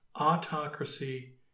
autocracy